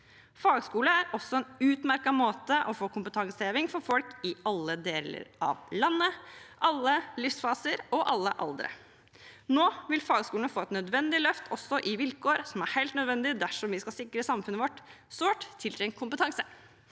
Fagskole er også en utmerket måte å få kompetanseheving på for folk i alle deler av landet, alle livsfaser og alle aldre. Nå vil fagskolene få et nødvendig løft også i vilkår, som er helt nødvendig dersom vi skal sikre samfunnet vårt sårt tiltrengt kompetanse.